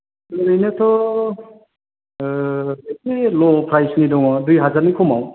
ओरैनोथ' एसे ल' फ्राइसनि दङ दुइ हाजारनि खमाव